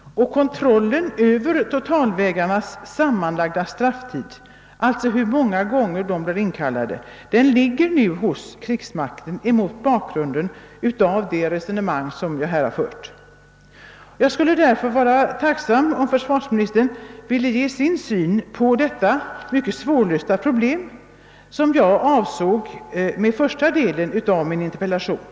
Kontrollen över totalvägrarnas sammanlagda strafftid — som alltså beror på hur många gånger de blir inkallade — ligger nu hos krigsmakten. Jag skulle vara tacksam om försvarsministern ville ge sin syn på det svårlösta problem som jag avsåg med första delen av min interpellation.